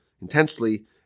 intensely